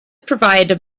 provided